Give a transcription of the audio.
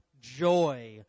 joy